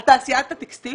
על תעשיית הטקסטיל